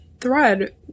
Thread